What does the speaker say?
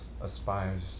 aspires